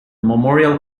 memorial